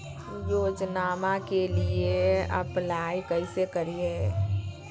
योजनामा के लिए अप्लाई कैसे करिए?